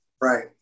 Right